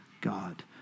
God